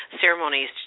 ceremonies